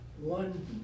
one